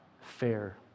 fair